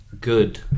good